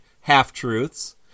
Half-Truths